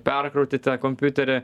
perkrauti tą kompiuterį